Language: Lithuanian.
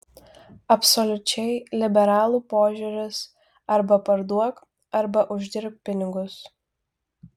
absoliučiai liberalų požiūris arba parduok arba uždirbk pinigus